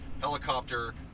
Helicopter